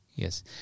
Yes